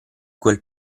quel